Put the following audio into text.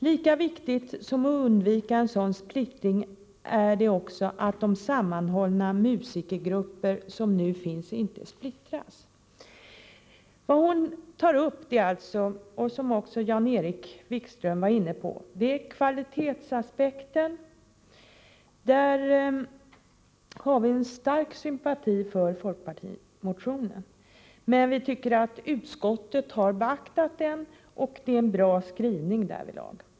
Lika viktigt som att undvika en sådan splittring är det också att de sammanhållna musikergrupper som nu finns inte splittras.” Vad Herta Fischer tar upp, och som även Jan-Erik Wikström var inne på, är kvalitetsaspekten. I den frågan har vi en stark sympati för folkpartimotionen, men vi tycker att utskottet har beaktat motionen och att det är en bra skrivning därvidlag.